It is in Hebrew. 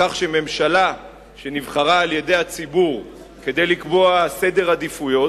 כך שממשלה שנבחרה על-ידי הציבור כדי לקבוע סדר עדיפויות,